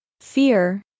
fear